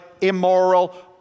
immoral